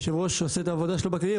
היושב ראש שעושה את העבודה שלו בכללי,